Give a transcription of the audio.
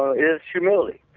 so is humility.